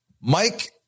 Mike